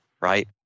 right